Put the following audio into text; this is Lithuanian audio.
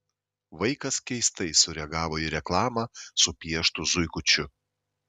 vaikas keistai sureagavo į reklamą su pieštu zuikučiu